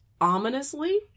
ominously